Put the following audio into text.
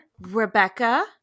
Rebecca